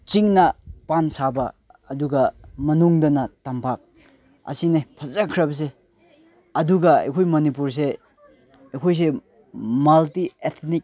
ꯆꯤꯡꯅ ꯄꯥꯟꯁꯥꯕ ꯑꯗꯨꯒ ꯃꯅꯨꯡꯗꯅ ꯇꯝꯄꯥꯛ ꯑꯁꯤꯅꯦ ꯐꯖꯈ꯭ꯔꯕꯁꯦ ꯑꯗꯨꯒ ꯑꯩꯈꯣꯏ ꯃꯅꯤꯄꯨꯔꯁꯦ ꯑꯩꯈꯣꯏꯁꯦ ꯃꯜꯇꯤ ꯑꯦꯊꯅꯤꯛ